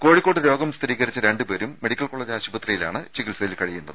കോഴിക്കോട്ട് രോഗം സ്ഥിരീകരിച്ച രണ്ടു പേരും മെഡിക്കൽ കോളജ് ആശുപത്രിയിലാണ് ചികിത്സയിൽ കഴിയുന്നത്